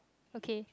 okay